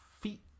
feet